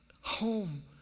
home